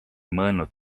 mõelnud